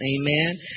Amen